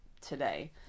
today